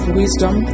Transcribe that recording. wisdom